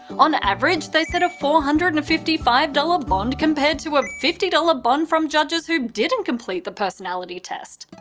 on average, they set a four hundred and fifty five dollars bond compared to a fifty dollars ah bond from judges who didn't complete the personality test.